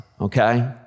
okay